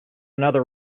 another